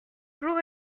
jour